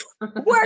work